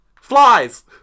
flies